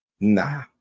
Nah